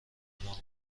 اعمال